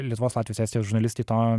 lietuvos latvijos estijos žurnalistai to